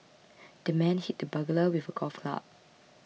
the man hit the burglar with a golf club